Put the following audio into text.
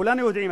כולנו יודעים,